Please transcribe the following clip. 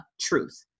truth